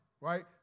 right